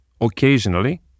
occasionally